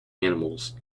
animals